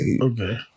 okay